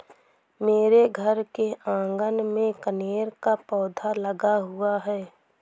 मेरे घर के आँगन में कनेर का पौधा लगा हुआ है